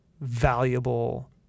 valuable